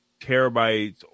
terabytes